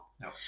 No